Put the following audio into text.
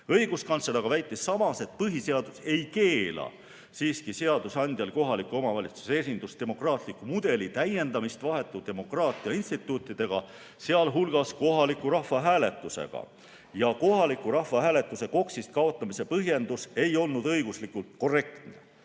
Õiguskantsler aga väitis samas, et põhiseadus ei keela siiski seadusandjal kohaliku omavalitsuse esindusdemokraatliku mudeli täiendamist vahetu demokraatia instituutidega, sealhulgas kohaliku rahvahääletusega, ja kohaliku rahvahääletuse KOKS‑ist kaotamise põhjendus ei olnud õiguslikult korrektne.